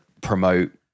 promote